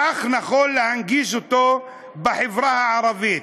כך נכון להנגיש אותו בחברה הערבית".